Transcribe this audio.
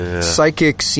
psychic